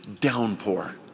downpour